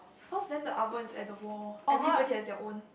cause then the oven is at the wall everybody has their own